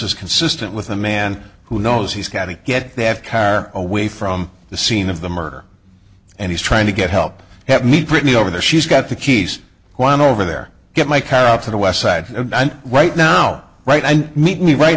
is consistent with a man who knows he's got to get the f car away from the scene of the murder and he's trying to get help have me pretty over there she's got the keys one over there get my car out to the west side and right now right and meet me right